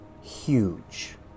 huge